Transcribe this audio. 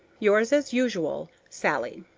yours, as usual, sallie.